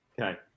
Okay